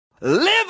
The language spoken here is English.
live